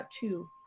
Two